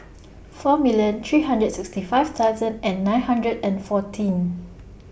four million three hundred sixty five thousand and nine hundred and fourteen